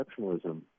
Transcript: exceptionalism